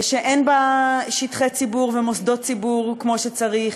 שאין בה שטחי ציבור ומוסדות ציבור כמו שצריך,